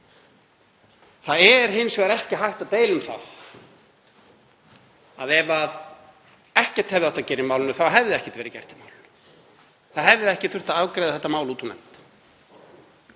Það er hins vegar ekki hægt að deila um það að ef ekkert hefði átt að gera í málinu hefði ekkert verið gert. Það hefði ekki þurft að afgreiða þetta mál úr nefnd.